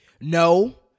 No